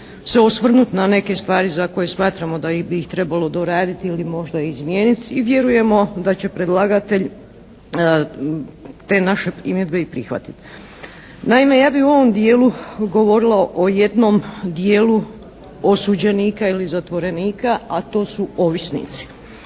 se osvrnuti na neke stvari za koje smatramo da bi ih trebalo doraditi ili možda izmijeniti. I vjerujemo da će predlagatelj te naše primjedbe i prihvatiti. Naime, ja bih u ovom dijelu govorila o jednom dijelu osuđenika ili zatvorenika, a to su ovisnici.